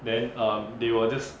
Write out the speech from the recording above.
then um they will just